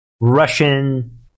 Russian